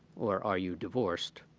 or are you divorced?